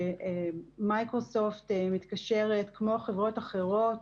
שמייקרוסופט מתקשרת, כמו החברות האחרות,